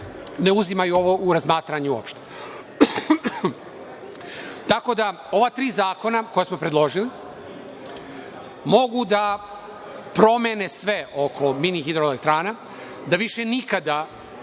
ne uzimaju ovo u razmatranje uopšte. Tako da, ova tri zakona koja smo predložili mogu da promene sve oko mini hidroelektrana, da više nikada